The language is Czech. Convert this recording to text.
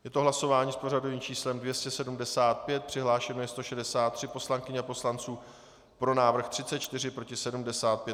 Je to hlasování s pořadovým číslem 275, přihlášeno je 163 poslankyň a poslanců, pro návrh 34, proti 75.